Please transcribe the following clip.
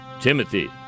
Timothy